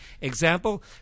Example